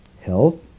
health